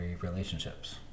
relationships